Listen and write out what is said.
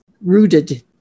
rooted